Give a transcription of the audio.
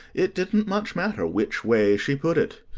it didn't much matter which way she put it.